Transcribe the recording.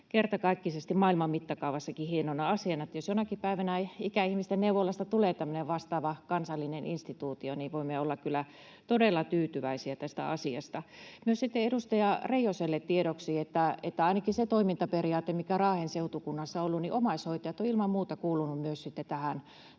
kertakaikkisesti maailman mittakaavassakin hienona asiana. Eli jos jonakin päivänä ikäihmisten neuvolasta tulee tämmöinen vastaava kansallinen instituutio, niin voimme olla kyllä todella tyytyväisiä tästä asiasta. Myös sitten edustaja Reijoselle tiedoksi, että ainakin siinä toimintaperiaatteessa, mikä Raahen seutukunnassa on ollut, omaishoitajat ovat ilman muuta myös kuuluneet tähän